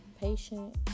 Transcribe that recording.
patient